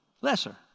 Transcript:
Lesser